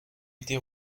été